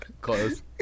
Close